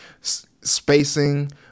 spacing